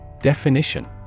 Definition